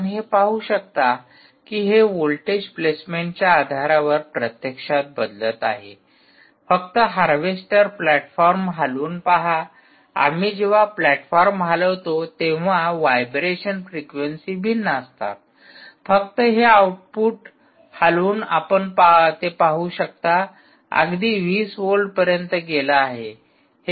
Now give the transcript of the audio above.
आपण हे पाहू शकता की हे व्होल्टेज प्लेसमेंटच्या आधारावर प्रत्यक्षात बदलत आहे फक्त हार्वेस्टर प्लॅटफॉर्महलवून पहा आम्ही जेव्हा प्लॅटफॉर्म हलवितो तेव्हा व्हायब्रेशन फ्रिक्वेन्सी भिन्न असतात फक्त हे आउटपुट हलवून आपण ते पाहू शकता अगदी 20 व्होल्टपर्यंत गेला आहे